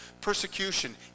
persecution